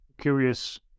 curious